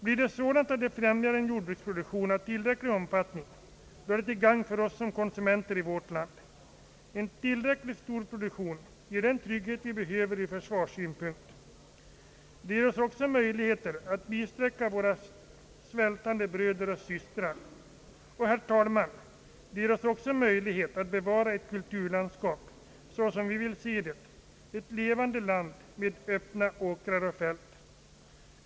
Blir det sådant att det främjar en jordbruksproduktion av tillräcklig omfattning, då är det till gagn för oss som konsumenter i vårt land. En tillräckligt stor produktion ger den trygghet vi behöver ur försvarssynpunkt. Den ger oss också möjligheter att bisträcka våra svältande bröder och systrar. Och, herr talman, den ger oss också möjligheter att bevara ett kulturlandskap såsom vi vill se det, ett levande land med öppna åkrar och fält.